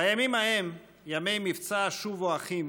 בימים ההם, ימי מבצע שובו אחים